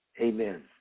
amen